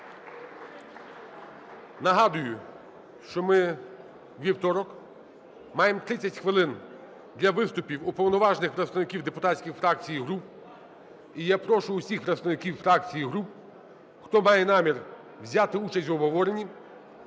Нагадую, що ми у вівторок маємо 30 хвилин для виступів уповноважених представників депутатських фракцій і груп. І я прошу всіх представників фракцій і груп, хто має намір взяти участь в обговоренні,